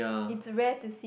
it's rare to see